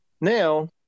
Now